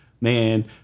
man